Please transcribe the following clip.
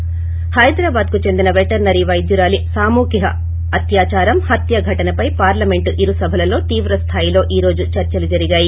ి హైదరాబాద్ కు చెందిన పెటనరీ వైద్యురాలుపై సాముహిక అత్యాచారం ఘటనపై పార్లమెంట్ ఇరు సభలలో తీవ్ర స్థాయిలో ఈ రోజు చర్సలు జరిగాయి